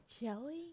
jelly